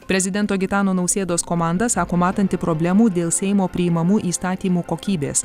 prezidento gitano nausėdos komanda sako matanti problemų dėl seimo priimamų įstatymų kokybės